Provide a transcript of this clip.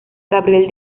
gabriel